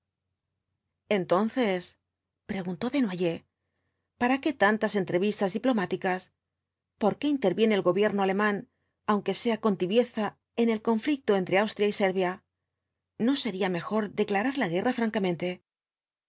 entonces preguntó desnoyers para qué tantaa entrevistas diplomáticas por qué interviene el gobierno alemán aunque sea con tibieza en el conflicto entre austria y servia no sería mejor declarar la guerra francamente